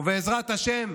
ובעזרת השם,